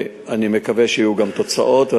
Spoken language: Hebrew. אני מקווה שיהיו גם תוצאות.